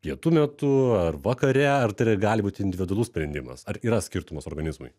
pietų metu ar vakare ar tai yra gali būti individualus sprendimas ar yra skirtumas organizmui